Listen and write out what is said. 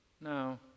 No